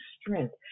strength